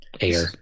air